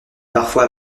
parfois